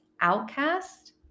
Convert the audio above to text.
outcast